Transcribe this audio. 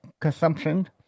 consumption